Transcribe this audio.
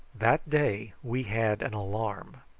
that day we had an alarm.